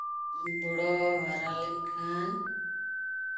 ᱵᱚᱲᱚ ᱦᱟᱨᱟ ᱞᱮᱱᱠᱷᱟᱱ